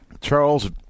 Charles